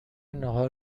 ناهار